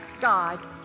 God